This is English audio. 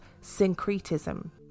syncretism